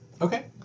okay